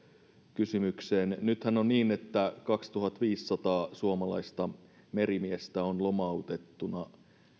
kysymykseen nythän on niin että kaksituhattaviisisataa suomalaista merimiestä on lomautettuna